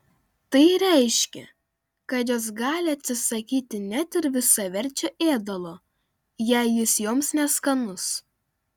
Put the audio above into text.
tai reiškia kad jos gali atsisakyti net ir visaverčio ėdalo jei jis joms neskanus